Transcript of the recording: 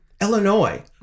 illinois